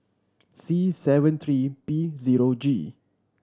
C seven three P zero G